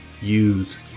use